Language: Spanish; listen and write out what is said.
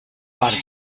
barco